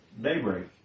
daybreak